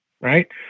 right